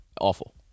Awful